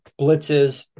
blitzes